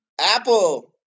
Apple